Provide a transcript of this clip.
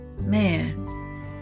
Man